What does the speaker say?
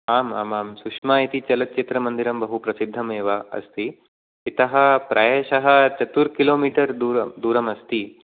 आम् आम् आम् सुष्मा इति चलत्चित्रमन्दिरं बहुप्रसिद्धम् एव अस्ति इतः प्रायशः चतुर् किलो मीटर् दूरं अस्ति